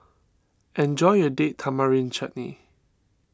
enjoy your Date Tamarind Chutney